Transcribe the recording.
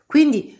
quindi